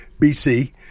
BC